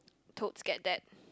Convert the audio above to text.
totes get that